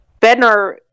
Bednar